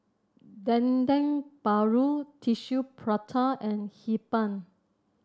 Dendeng Paru Tissue Prata and Hee Pan